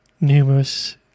numerous